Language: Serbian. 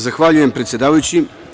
Zahvaljujem, predsedavajući.